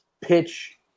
pitch